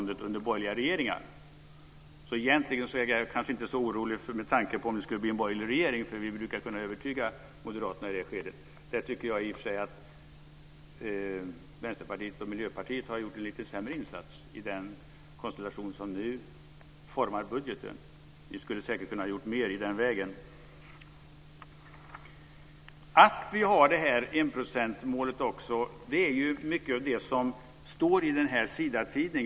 Det är precis som Bertil Persson har sagt tidigare. Egentligen är jag inte så orolig för hur det blir under en borgerlig regering, för vi brukar kunna övertyga moderaterna i det skedet. Jag tycker att Vänsterpartiet och Miljöpartiet har gjort en lite sämre insats i den konstellation som nu formar budgeten. Anledningen till att vi har ett enprocentsmål framkommer i Sidatidningen.